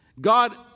God